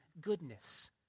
goodness